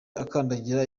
akandagiza